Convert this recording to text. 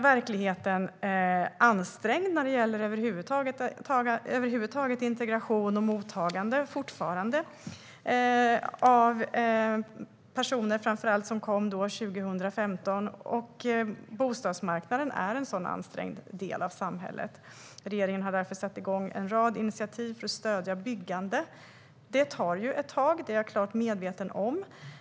Verkligheten är över huvud taget fortfarande ansträngd när det gäller integration och mottagande av personer, framför allt de som kom 2015. Bostadsmarknaden är en sådan ansträngd del av samhället. Regeringen har därför satt igång en rad initiativ för att stödja byggande. Det tar ett tag, och det är jag medveten om.